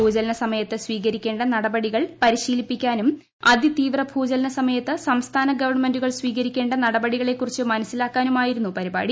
ഭൂചലന സമയത്ത് സ്വീകരിക്കേണ്ട നടപടികൾ പരിശീലിപ്പിക്കാനും അതിതീവ്ര ഭൂചലന സമയത്ത് സംസ്ഥാന ഗവൺമെൻ്റുകൾ സ്വീകരിക്കേണ്ട നടപടികളെക്കുറിച്ച് മനസ്സിലാക്കാനുമായിരുന്നു പരിപാടി